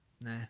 Nah